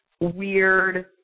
weird